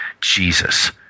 Jesus